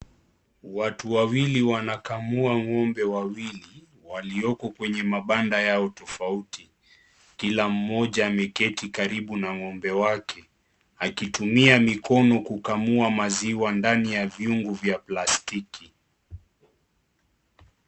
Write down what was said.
Watu wawili wanakamua ngombe wawili walioko kwenye mabando yao tofauti, kila mmoja ameketi karibu na ngombe wake akitumia mikono kukamua maziwa ndani ya viungo vya plasitiki.